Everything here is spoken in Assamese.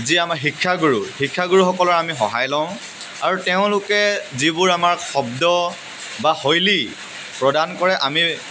যি আমাৰ শিক্ষাগুৰু শিক্ষাগুৰুসকলৰ আমি সহায় লওঁ আৰু তেওঁলোকে যিবোৰ আমাক শব্দ বা শৈলী প্ৰদান কৰে আমি